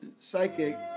psychic